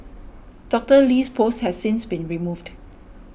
Doctor Lee's post has since been removed